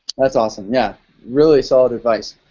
that's awesome, yeah, really solid advice.